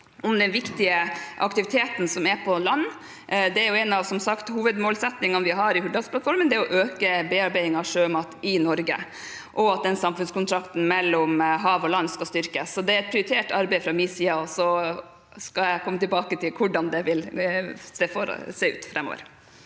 den viktige aktiviteten som er på land. En av hovedmålsettingene i Hurdalsplattformen er som sagt å øke bearbeidingen av sjømat i Norge, og at samfunnskontrakten mellom hav og land skal styrkes. Det er et prioritert arbeid fra min side, og så skal jeg komme tilbake til hvordan det vil se ut framover.